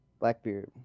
Blackbeard